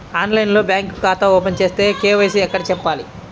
ఆన్లైన్లో బ్యాంకు ఖాతా ఓపెన్ చేస్తే, కే.వై.సి ఎక్కడ చెప్పాలి?